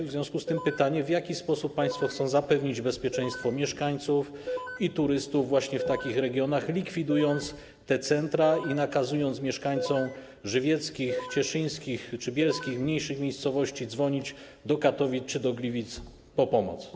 W związku z tym pytanie, w jaki sposób państwo chcą zapewnić bezpieczeństwo mieszkańców i turystów w takich regionach, likwidując te centra i nakazując mieszkańcom żywieckich, cieszyńskich czy bielskich mniejszych miejscowości, żeby dzwonili do Katowic czy do Gliwic po pomoc.